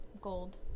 gold